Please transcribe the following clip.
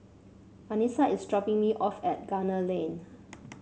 Anissa is dropping me off at Gunner Lane